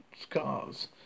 scars